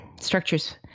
structures